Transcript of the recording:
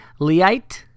Leite